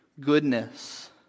goodness